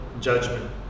judgment